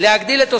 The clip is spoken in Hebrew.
כמו כן,